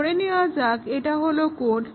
ধরে নেয়া যাক এটা হলো কোড